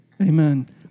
Amen